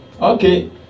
Okay